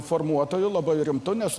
formuotoju labai rimtu nes